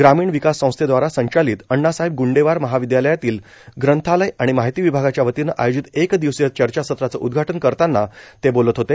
ग्रामीण विकास संस्थेद्वारा संचालित अण्णासाहेब गूंडेवार महाविद्यालयातील ग्रंथालय आणि माहिती विभागाच्या वतीनं आयोजित एक दिवसीय चर्चासत्राचं उद्घाटन करताना ते बोलत होते